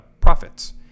profits